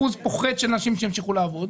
זה אחוז פוחת של נשים שימשיכו לעבוד,